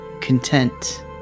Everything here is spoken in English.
content